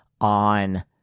on